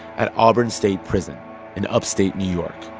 at auburn state prison in upstate new york.